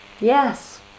Yes